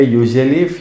usually